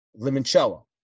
limoncello